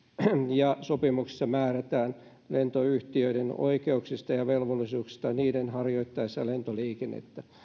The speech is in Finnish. ja sopimuksessa määritellään lentoyhtiöiden oikeuksista ja velvollisuuksista niiden harjoittaessa lentoliikennettä